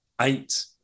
eight